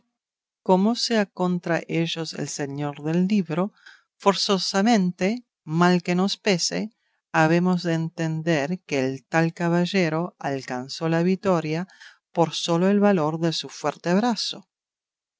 como sea contra ellos el señor del libro forzosamente mal que nos pese habemos de entender que el tal caballero alcanzó la vitoria por solo el valor de su fuerte brazo